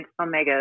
omegas